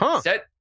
set